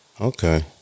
Okay